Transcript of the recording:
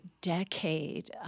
decade